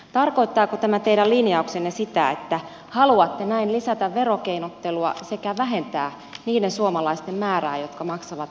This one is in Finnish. tarkoittaako tämä teidän linjauksenne sitä että haluatte näin lisätä verokeinottelua sekä vähentää niiden suomalaisten määrää jotka maksavat veronsa suomeen